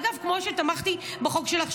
כמו שתמכתי בחוק שלך,